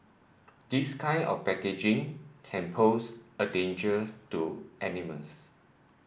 this kind of packaging can pose a danger to animals